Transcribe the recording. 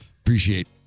appreciate